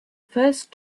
first